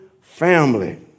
family